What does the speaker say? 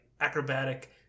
acrobatic